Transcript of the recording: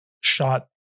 shot